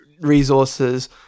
resources